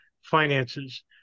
finances